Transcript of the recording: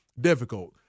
difficult